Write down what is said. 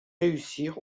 réussir